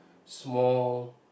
small